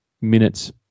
minutes